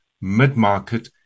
mid-market